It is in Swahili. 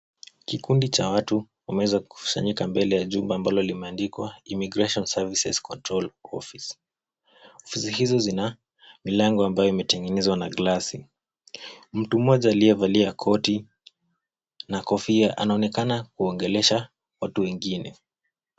Kikundi cha watu kimekusanyika mbele ya jumba ambalo limeandikwa Immigration services control services ofice . Ofisi hizo zina milango ambayo imetengenezwa na glasi. Mtu mmoja aliyevalia koti na kofia anaonekana kuongelesha watu wengine.